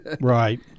right